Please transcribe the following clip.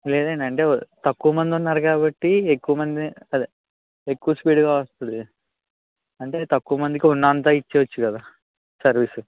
లేదండి అంటే తక్కువ మంది ఉన్నారు కాబట్టి ఎక్కువ మంది అదే ఎక్కువ స్పీడ్గా వస్తుంది అంటే తక్కువ మందికి ఉన్నంత ఇచ్చేయవచ్చు కదా సర్వీస్